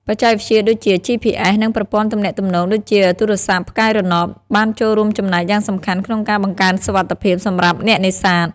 បច្ចេកវិទ្យាដូចជា GPS និងប្រព័ន្ធទំនាក់ទំនង ដូចជាទូរស័ព្ទផ្កាយរណប បានចូលរួមចំណែកយ៉ាងសំខាន់ក្នុងការបង្កើនសុវត្ថិភាពសម្រាប់អ្នកនេសាទ។